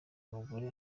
abagore